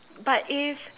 but if